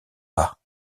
pas